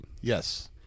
Yes